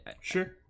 Sure